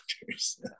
doctors